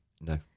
No